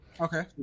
Okay